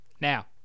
Now